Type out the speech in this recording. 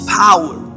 power